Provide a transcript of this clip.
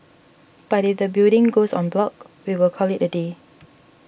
but if the building goes en bloc we will call it a day